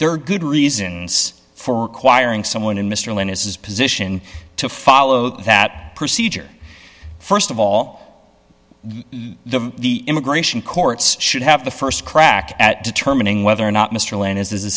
there are good reasons for requiring someone in mr lynn his position to follow that procedure st of all the the immigration courts should have the st crack at determining whether or not mr lane as a